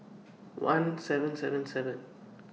one seven seven seven